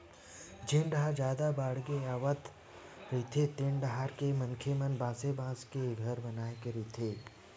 जेन डाहर जादा बाड़गे आवत रहिथे तेन डाहर के मनखे मन बासे बांस के घर बनाए के रहिथे